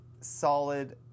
Solid